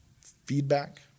feedback